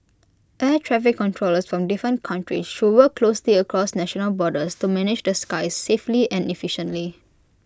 air traffic controllers from different countries should work closely across national borders to manage the skies safely and efficiently